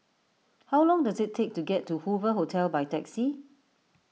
how long does it take to get to Hoover Hotel by taxi